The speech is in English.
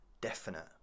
definite